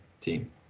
team